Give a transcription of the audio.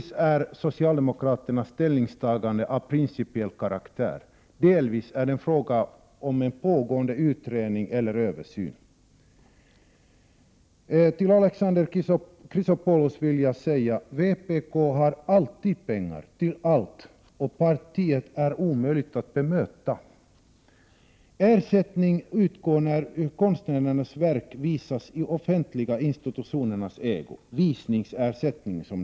Socialdemokraternas ställningstagande är delvis av principiell karaktär, delvis är det frågan om pågående utredningar och översyner. Vpk har alltid pengar till allt, Alexander Chrisopoulos. Partiet är omöjligt att bemöta. Ersättning utgår när konstnärernas verk visas i offentliga institutioners ägo, s.k. visningsersättning.